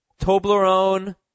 Toblerone